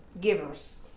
givers